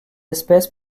espèce